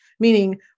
meaning